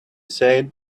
said